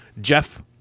Jeff